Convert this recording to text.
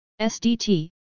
SDT